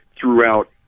throughout